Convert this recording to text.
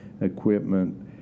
equipment